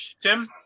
Tim